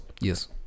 yes